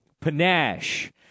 panache